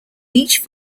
each